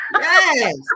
Yes